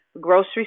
grocery